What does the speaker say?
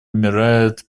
умирают